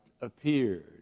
appeared